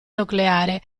nucleare